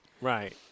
Right